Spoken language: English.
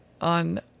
on